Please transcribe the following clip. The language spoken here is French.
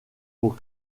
pour